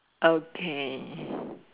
okay